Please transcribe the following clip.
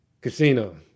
Casino